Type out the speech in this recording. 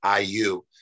IU